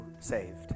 saved